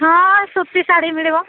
ହଁ ସୂତି ଶାଢ଼ୀ ମିଳିବ